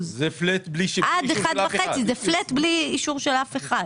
זה פלט בלי אישור של אף אחד.